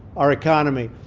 our economy,